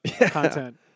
content